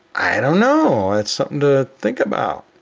i don't know. that's something to think about.